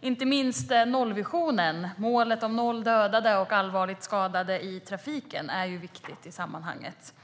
Inte minst nollvisionen, målet om noll dödade och allvarligt skadade i trafiken, är viktig i sammanhanget.